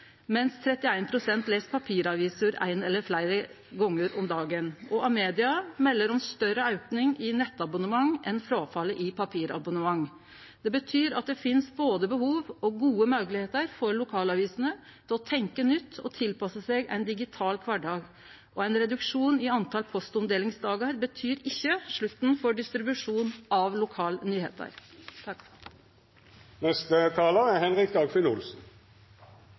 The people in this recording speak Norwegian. mens 31 pst. les papiraviser ein eller fleire gonger om dagen. Amedia melder om større auke i nettabonnement enn fråfallet i papirabonnement. Det betyr at det finst både behov og gode moglegheiter for lokalavisene til å tenkje nytt og å tilpasse seg ein digital kvardag. Ein reduksjon i talet på postomdelingsdagar betyr ikkje slutten for distribusjonen av lokalnyheiter. Det har lenge vært kjent at en reduksjon i antallet ombæringsdager for